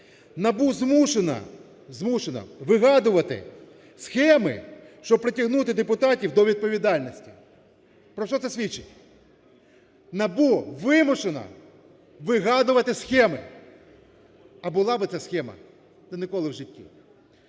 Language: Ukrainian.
змушено вигадувати схеми, щоб притягнути депутатів до відповідальності". Про що це свідчить? НАБУ вимушено вигадувати схеми. А була би ця схема? Та ніколи в житті.